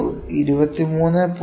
08 - 20